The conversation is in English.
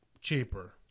cheaper